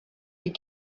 les